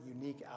unique